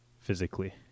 physically